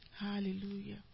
Hallelujah